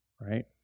right